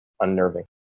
unnerving